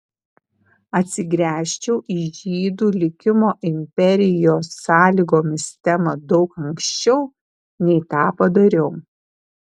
atsigręžčiau į žydų likimo imperijos sąlygomis temą daug anksčiau nei tą padariau